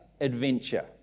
adventure